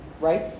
right